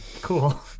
Cool